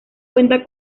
cuenta